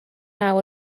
naw